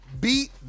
Beat